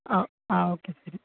ആ ആ ഓക്കേ ശരി